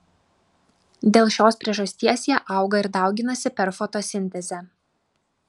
dėl šios priežasties jie auga ir dauginasi per fotosintezę